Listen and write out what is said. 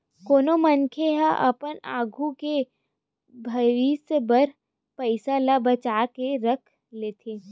कोनो मनखे ह अपन आघू के भविस्य बर पइसा ल बचा के राख लेथे